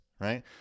right